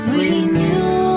Renew